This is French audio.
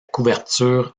couverture